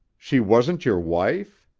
she wasn't your wife?